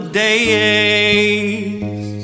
days